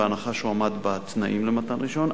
בהנחה שהוא עמד בתנאים למתן רשיון,